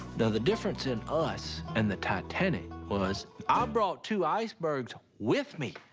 now, the difference in us and the titanic was i brought two icebergs with me.